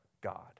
God